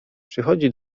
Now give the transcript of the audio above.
przychodzi